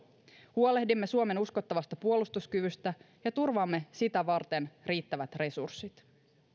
huolehdimme suomen uskottavasta puolustuskyvystä ja turvaamme sitä varten riittävät resurssit